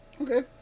Okay